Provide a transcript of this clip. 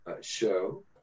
show